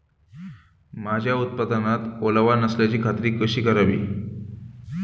माझ्या उत्पादनात ओलावा नसल्याची खात्री कशी करावी?